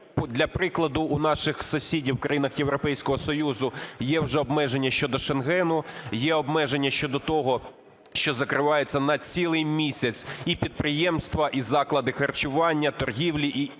Для прикладу, у наших сусідів в країнах Європейського Союзу є вже обмеження щодо шенгену, є обмеження щодо того, що закриваються на цілий місяць і підприємства, і заклади харчування, торгівлі і інше.